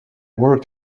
worked